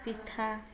পিঠা